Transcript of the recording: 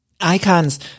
Icons